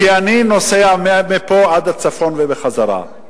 כי אני נוסע מפה עד הצפון ובחזרה,